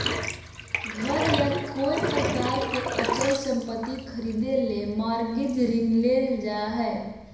घर या कोय प्रकार के अचल संपत्ति खरीदे ले मॉरगेज ऋण लेल जा हय